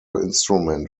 instrument